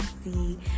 see